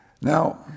Now